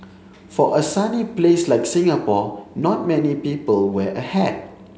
for a sunny place like Singapore not many people wear a hat